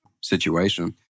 situation